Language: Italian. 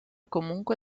comunque